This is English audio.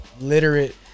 literate